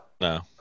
No